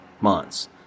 months